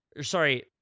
Sorry